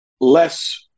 less